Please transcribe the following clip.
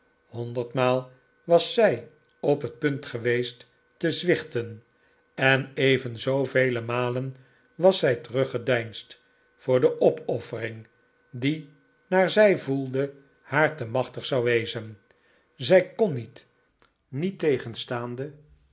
honderdmaal was zij op het punt geweest te zwichten en even zoovele malen was zij teruggedeinsd voor de opoffering die naar zij voelde haar te machtig zou wezen zij kon niet